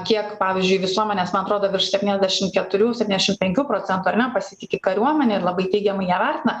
kiek pavyzdžiui visuomenės man atrodo virš septyniasdešimt keturių septyniasdešimt penkių procentų ar ne pasitiki kariuomene ir labai teigiamai ją vertina